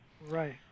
Right